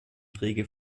rege